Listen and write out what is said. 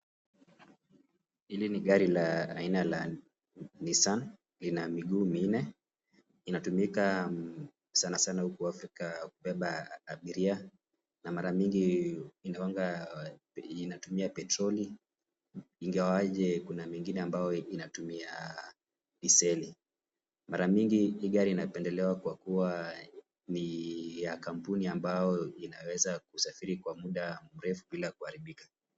Hili ni gari la aina ya Nissan lina miguu minne inatumika sanasana huku Afrika kubeba abiria na mara mingi inakuanga inatumia petroli ingawaje kuna mengi ambayo inatumia diseli. Mara mingi hii gari inapendelewa kwa kuwa ni ya kampuni ambayo inaweza kusafiri kwa muda mrefu bila kuharibika.